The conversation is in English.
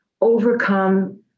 overcome